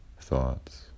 thoughts